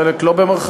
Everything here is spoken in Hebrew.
חלק לא במירכאות,